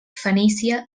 fenícia